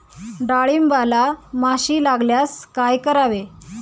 डाळींबाला माशी लागल्यास काय करावे?